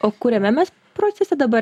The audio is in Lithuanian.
o kuriame mes procese dabar